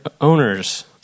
owners